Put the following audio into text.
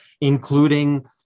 including